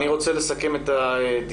אני רוצה לסכם את הדיון,